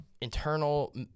internal